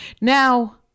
Now